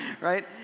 right